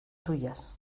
tuyas